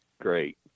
great